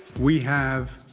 we have.